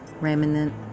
remnant